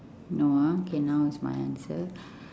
no ah okay now is my answer